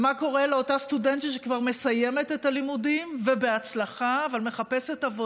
ומה קורה לאותה סטודנטית שכבר מסיימת את הלימודים,